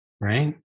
Right